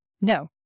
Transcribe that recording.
No